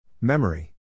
Memory